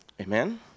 Amen